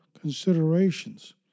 considerations